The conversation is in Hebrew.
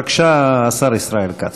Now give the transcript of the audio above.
בבקשה, השר ישראל כץ.